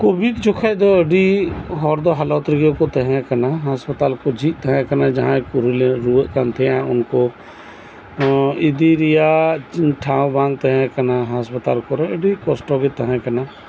Covid ᱡᱚᱠᱷᱮᱡ ᱫᱚ ᱟᱹᱰᱤ ᱦᱚᱲ ᱫᱚ ᱦᱟᱞᱚᱛ ᱨᱮᱜᱮᱠᱩ ᱛᱟᱦᱮᱸ ᱠᱟᱱᱟ ᱦᱟᱸᱥᱯᱟᱛᱟᱞ ᱠᱩ ᱛᱟᱦᱮᱸ ᱠᱟᱱᱟ ᱡᱟᱦᱟᱸ ᱯᱩᱭᱞᱩ ᱠᱩ ᱨᱩᱣᱟᱜ ᱠᱟᱱᱛᱟᱦᱮᱱᱟ ᱩᱱᱠᱩ ᱤᱫᱤᱨᱮᱭᱟᱜ ᱴᱷᱟᱶ ᱵᱟᱝ ᱛᱟᱦᱮᱸ ᱠᱟᱱᱟ ᱦᱟᱸᱥᱯᱟᱛᱟᱞ ᱠᱚᱨᱮ ᱠᱚᱥᱴᱚᱜᱤ ᱛᱟᱦᱮᱸ ᱠᱟᱱᱟ